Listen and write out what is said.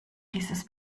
dieses